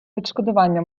відшкодування